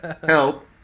help